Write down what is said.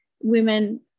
women